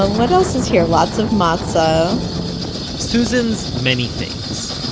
um what else is here? lots of matza susan's many things.